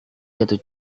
jatuh